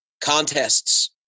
contests